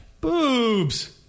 Boobs